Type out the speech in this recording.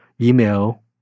email